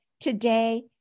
today